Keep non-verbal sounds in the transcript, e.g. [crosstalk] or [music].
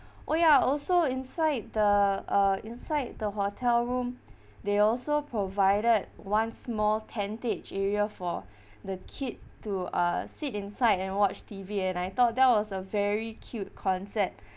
oh ya also inside the uh inside the hotel room [breath] they also provided one small tentage area for the kid to uh sit inside and watch T_V and I thought that was a very cute concept